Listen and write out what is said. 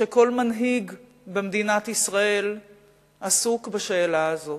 שכל מנהיג במדינת ישראל עסוק בשאלה הזאת,